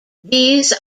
these